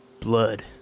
Blood